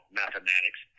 mathematics